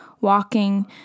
walking—